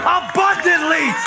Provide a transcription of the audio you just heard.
abundantly